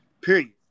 Period